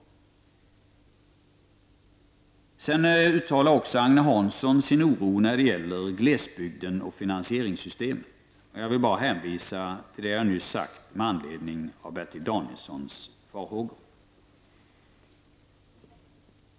Agne Hansson uttalade också sin oro när det gäller glesbygden och finansieringssystemet. Jag vill bara hänvisa till det som jag nyss har sagt med anledning av Bertil Danielssons farhågor.